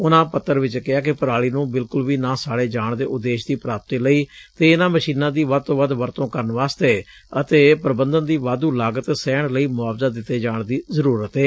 ਉਨੂਂ ਪੱਤਰ ਵਿੱਚ ਕਿਹਾ ਕਿ ਪਰਾਲੀ ਨੂੰ ਬਿਲਕੁਲ ਵੀ ਨਾ ਸਾੜੇ ਜਾਣ ਦੇ ਉਦੇਸ਼ ਦੀ ਪ੍ਰਾਪਤੀ ਲਈ ਤੇ ਇਨੂਾ ਮਸ਼ੀਨਾਂ ਦੀ ਵੱਧ ਤੋਂ ਵੱਧ ਵਰਤੋ ਕਰਨ ਵਾਸਤੇ ਅਤੇ ਪ੍ਬੰਧਨ ਦੀ ਵਾਧੂ ਲਾਗਤ ਸਹਿਣ ਲਈ ਮੁਆਵਜ਼ਾ ਦਿੱਤੇ ਜਾਣ ਦੀ ਜ਼ਰੁਰਤ ਏ